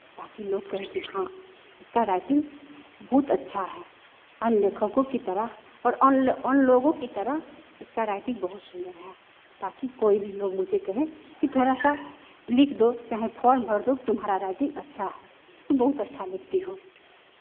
ताकि लोग कहे कि हाँ इसका राइटिंग बहुत अच्छा है लेखकों की तरह और उन लोगों की तरह इसका राइटिंग बहुत सुंदर है ताकि कोई भी लोग मुझे कहे कि थोड़ा सा लिख दो चाहे फॉर्म भर दो तुम्हारा राइटिंग बहुत अच्छा है तुम बहुत अच्छा लिखती हो